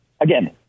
again